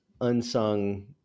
unsung